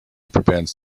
prevents